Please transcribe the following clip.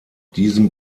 diesem